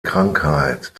krankheit